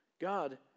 God